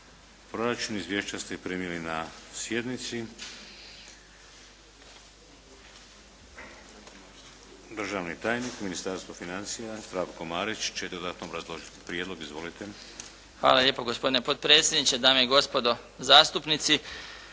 proračun. Izvješća ste primili na sjednici. Državni tajnik Ministarstva financija Zdravko Marić će dodatno obrazložiti prijedlog. Izvolite. **Marić, Zdravko** Hvala lijepo gospodine potpredsjedniče, dame i gospodo zastupnici.